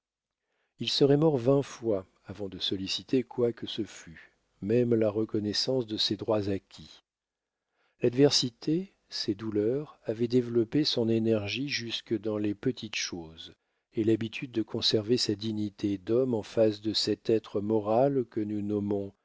il serait mort vingt fois avant de solliciter quoi que ce fût même la reconnaissance de ses droits acquis l'adversité ses douleurs avaient développé son énergie jusque dans les petites choses et l'habitude de conserver sa dignité d'homme en face de cet être moral que nous